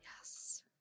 Yes